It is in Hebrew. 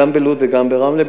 גם בלוד וגם ברמלה,